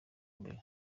mbere